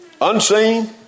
unseen